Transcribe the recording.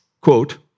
quote